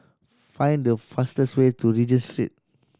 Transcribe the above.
find the fastest way to Regent Street